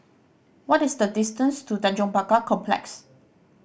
what is the distance to Tanjong Pagar Complex